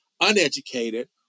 uneducated